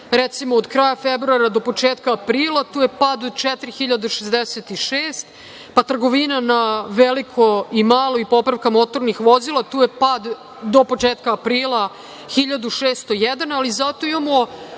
recimo, od kraja februara do početka aprila tu je pad od 4.066, pa trgovina na veliko i malo i popravka motornih vozila pad od početka aprila 1.601, ali zato imamo